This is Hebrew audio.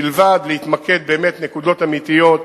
מלבד להתמקד באמת בנקודות אמיתיות,